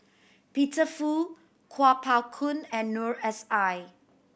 Peter Fu Kuo Pao Kun and Noor S I